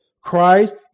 Christ